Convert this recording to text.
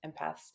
empaths